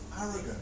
arrogant